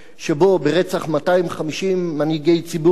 שבו נפתח המהלך הזה של רצח עם ברצח 250 מנהיגי ציבור ואינטלקטואלים.